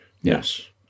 Yes